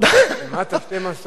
שתי מסורות,